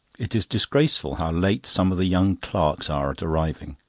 it is disgraceful how late some of the young clerks are at arriving.